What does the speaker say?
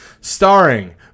starring